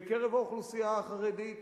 בקרב האוכלוסייה החרדית,